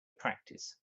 practice